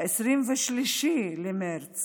ב-23 במרץ